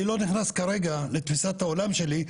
אני לא נכנס כרגע לתפיסת העולם שלי,